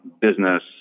business